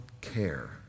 care